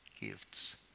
gifts